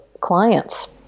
clients